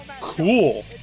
Cool